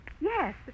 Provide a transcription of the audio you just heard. Yes